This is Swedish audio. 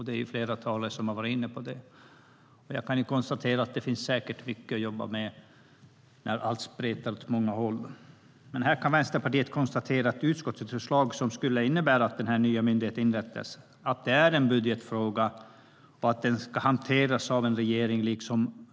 Det är flera talare som har varit inne på det. Jag kan konstatera att det säkert finns mycket att jobba med när allt spretar åt många håll. Men Vänsterpartiet kan konstatera att utskottets förslag, som skulle innebära att en ny myndighet inrättas, är en budgetfråga och ska hanteras av regeringen.